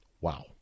Wow